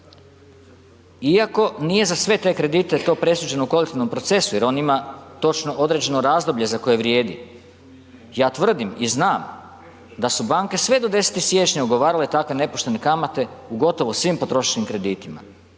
Iako nije za sve te kredite to presuđeno u korisnom procesu jer on ima točno određeno razdoblje za koje vrijedi, ja tvrdim i znam da su banke sve do 10. siječnja ugovarale takve nepoštene kamate u gotovo svim potrošačkim kreditima